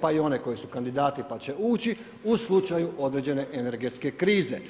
pa i one koji su kandidati pa će ući, u slučaju određene energetske krize.